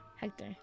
Hector